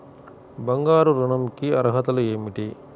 బంగారు ఋణం కి అర్హతలు ఏమిటీ?